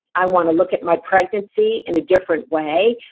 i want to look at my pregnancy in a different way.